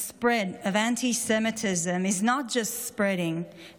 the spread of anti-Semitism is not just reaching,